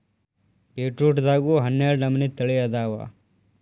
ಬೇಟ್ರೂಟದಾಗು ಹನ್ನಾಡ ನಮನಿ ತಳಿ ಅದಾವ